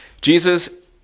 Jesus